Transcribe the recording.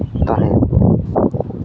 ᱛᱟᱦᱮᱸᱫ